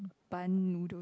bun noodles